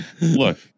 Look